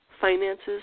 finances